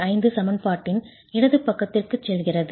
25 சமன்பாட்டின் இடது பக்கத்திற்கு செல்கிறது